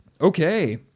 Okay